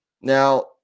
Now